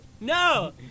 no